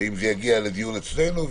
אם זה יגיע לדיון אצלנו,